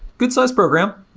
good size program.